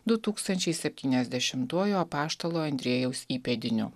du tūkstančiai septyniasdešimtuoju apaštalo andriejaus įpėdiniu